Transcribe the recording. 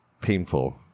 painful